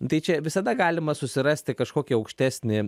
tai čia visada galima susirasti kažkokį aukštesnį